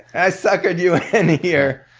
i suckered you in here.